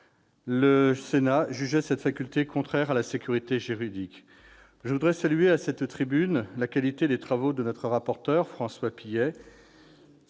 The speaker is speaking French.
Le Sénat jugeait cette faculté contraire à la sécurité juridique. Je voudrais saluer, à cette tribune, la qualité des travaux de notre rapporteur, François Pillet,